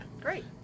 Great